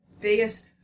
biggest